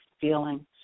feeling